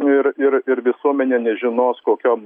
ir ir ir visuomenė nežinos kokiom